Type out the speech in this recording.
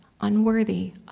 unworthy